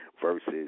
versus